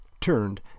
turned